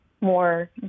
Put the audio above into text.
more